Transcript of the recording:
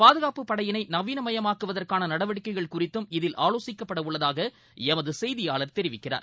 பாதுகாப்புப் படையினைநவீனமயமாக்குவதற்கானநடவடிக்கைகள் குறிததும் இதில் ஆலோசிக்கப்படஉள்ளதாகளமதுசெய்தியாளர் தெரிவிக்கிறார்